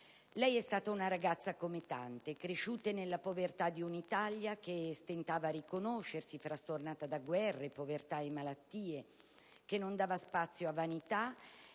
noi. È stata una ragazza come tante, cresciute nella povertà di un'Italia che stentava a riconoscersi, frastornata da guerre, povertà e malattie, che non dava spazio a vanità e